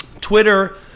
Twitter